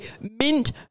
mint